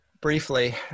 briefly